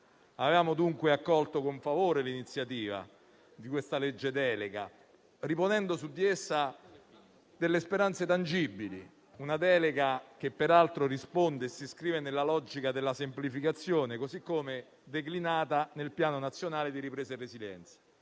Avevamo dunque accolto con favore l'iniziativa di questa legge delega, riponendo su di essa speranze tangibili; una delega che peraltro risponde e si iscrive nella logica della semplificazione, così come declinata nel Piano nazionale di ripresa e resilienza.